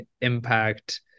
impact